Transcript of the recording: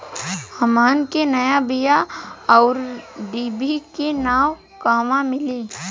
हमन के नया बीया आउरडिभी के नाव कहवा मीली?